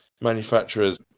manufacturers